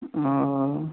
ओह